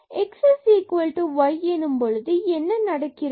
x y எனும் போது என்ன நடக்கிறது